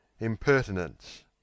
impertinence